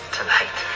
tonight